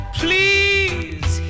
please